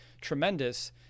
tremendous